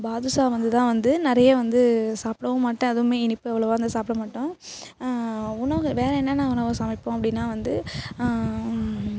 பாதுஷா வந்து தான் வந்து நிறையா வந்து சாப்பிடவும் மாட்டேன் அதுவுமே இனிப்பு அவ்வளோவா வந்து சாப்பிட மாட்டோம் உணவு வேறே என்னென்ன உணவு சமைப்போம் அப்படினா வந்து